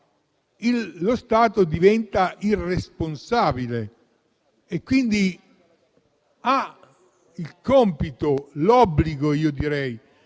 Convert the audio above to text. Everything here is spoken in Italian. lo Stato diventa il responsabile e quindi ha il compito e - direi